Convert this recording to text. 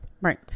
Right